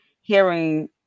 hearing